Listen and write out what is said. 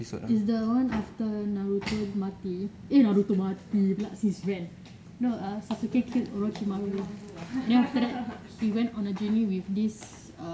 is the one after naruto mati eh naruto mati pula since when no sasuke killed roshi maro and then after that he went on a journey with this